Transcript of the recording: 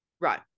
Right